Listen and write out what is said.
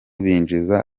binjiza